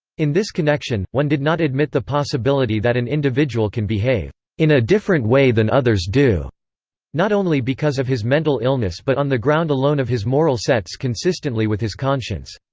in this connection, one did not admit the possibility that an individual can behave in a different way than others do not only because of his mental illness but on the ground alone of his moral sets consistently with his conscience.